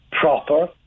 proper